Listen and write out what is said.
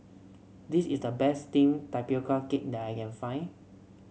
this is the best steamed Tapioca Cake that I can find